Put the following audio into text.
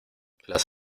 las